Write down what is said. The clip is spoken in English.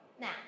Now